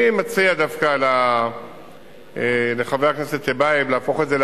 אני מציע לחבר הכנסת טיבייב להפוך את הצעת החוק